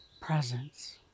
presence